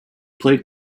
played